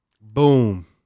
Boom